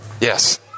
Yes